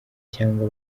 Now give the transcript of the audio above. cyangwa